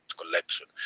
collection